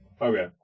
Okay